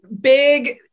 big